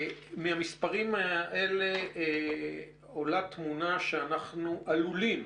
מהמספרים האלה עולה תמונה שאנחנו עלולים,